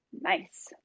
nice